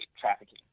trafficking